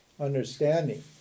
understanding